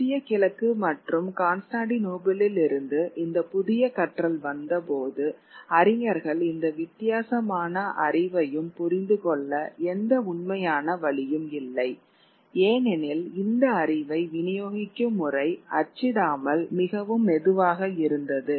மத்திய கிழக்கு மற்றும் கான்ஸ்டான்டினோப்பிளில் இருந்து இந்த புதிய கற்றல் வந்தபோது அறிஞர்கள் இந்த வித்தியாசமான அறிவையும் புரிந்துகொள்ள எந்த உண்மையான வழியும் இல்லை ஏனெனில் இந்த அறிவை விநியோகிக்கும் முறை அச்சிடாமல் மிகவும் மெதுவாக இருந்தது